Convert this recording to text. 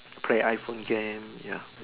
play iPhone game ya